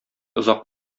озак